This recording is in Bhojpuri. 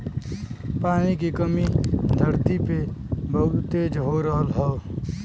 पानी के कमी धरती पे बहुत तेज हो रहल हौ